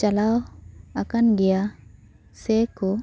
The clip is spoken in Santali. ᱪᱟᱞᱟᱣ ᱟᱠᱟᱱ ᱜᱮᱭᱟ ᱥᱮ ᱠᱚ